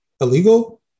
illegal